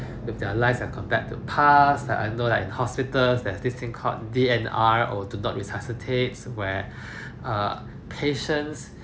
with their lives are compared to past and I know like in hospitals there this thing called D_N_R or do not resuscitate where err patients